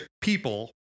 people